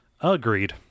Agreed